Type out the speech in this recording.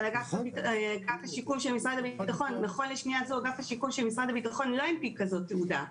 אבל אגף השיקום של משרד הביטחון נכון לשנייה זו לא הנפיק כזאת תעודה.